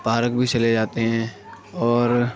park بھی چلے جاتے ہیں اور